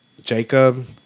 Jacob